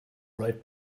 right